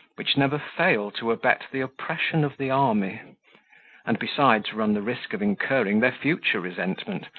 which never fail to abet the oppression of the army and, besides, run the risk of incurring their future resentment,